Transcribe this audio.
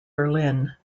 berlin